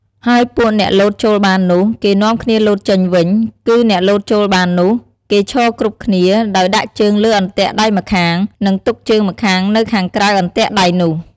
ហើយពួកអ្នកលោតចូលបាននោះ គេនាំគ្នាលោតចេញវិញ គឺអ្នកលោតចូលបាននោះ គេឈរគ្រប់គ្នាដោយដាក់ជើងលើអន្ទាក់ដៃម្ខាង និងទុកជើងម្ខាងនៅខាងក្រៅអន្ទាក់ដៃនោះ ។